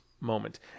moment